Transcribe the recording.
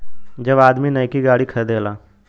जब आदमी नैकी गाड़ी खरीदेला